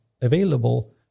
available